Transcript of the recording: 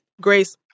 Grace